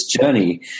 journey